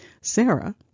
Sarah